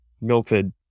Milford